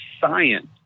science